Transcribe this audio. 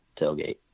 tailgate